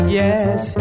yes